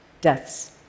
deaths